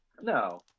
No